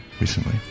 recently